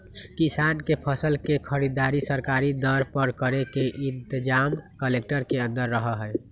किसान के फसल के खरीदारी सरकारी दर पर करे के इनतजाम कलेक्टर के अंदर रहा हई